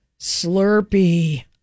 Slurpee